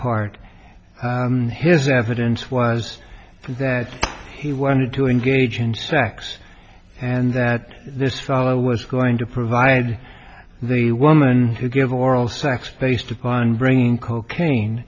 part of his evidence was that he wanted to engage in sex and that this fellow was going to provide the woman to give oral sex based upon bringing cocaine